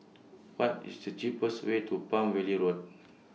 What IS The cheapest Way to Palm Valley Road